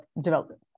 development